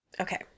Okay